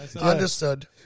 Understood